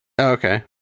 Okay